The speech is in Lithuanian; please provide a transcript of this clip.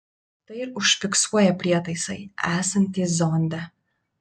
tai ir užfiksuoja prietaisai esantys zonde